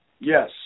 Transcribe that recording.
Yes